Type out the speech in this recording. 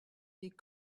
des